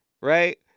Right